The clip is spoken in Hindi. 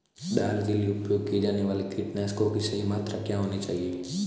दाल के लिए उपयोग किए जाने वाले कीटनाशकों की सही मात्रा क्या होनी चाहिए?